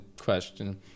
question